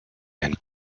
and